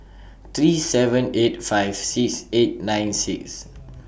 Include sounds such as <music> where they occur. three seven eight five six eight nine six <noise>